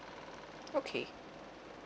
okay